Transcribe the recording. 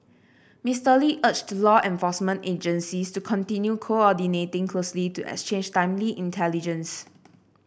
Mister Lee urged law enforcement agencies to continue coordinating closely to exchange timely intelligence